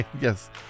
Yes